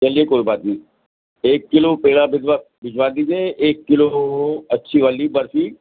چلیے کوئی بات نہیں ایک کلو پیڑا بھیجوا بھیجوا دیجیے ایک کلو اچھی والی برفی